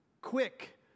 quick